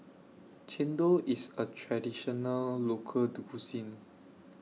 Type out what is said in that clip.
Chendol IS A Traditional Local Cuisine